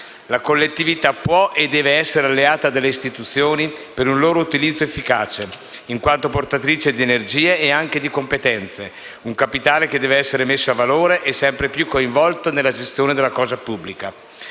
La collettività può e deve essere alleata delle istituzioni per un loro utilizzo efficace, in quanto portatrice di energie e anche di competenze, un capitale che deve essere messo a valore e sempre più coinvolto nella gestione della cosa pubblica.